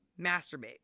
Masturbate